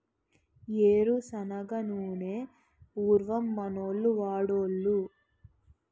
ఏరు శనగ నూనె పూర్వం మనోళ్లు వాడోలు